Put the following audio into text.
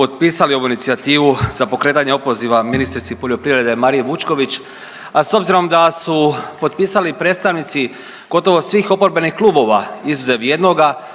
potpisali ovu inicijativu za pokretanje opoziva ministrici poljoprivrede Mariji Vučković, a s obzirom da su potpisali predstavnici gotovo svih oporbenih klubova izuzev jednoga